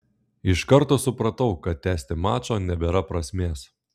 iš karto supratau kad tęsti mačo nebėra prasmės